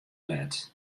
let